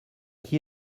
qui